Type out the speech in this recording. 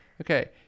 Okay